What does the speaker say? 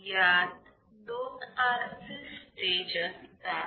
यात दोन RC stage असतात